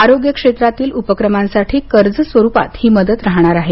आरोग्य क्षेत्रातील उपक्रमांसाठी कर्ज स्वरुपात ही मदत राहणार आहे